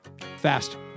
fast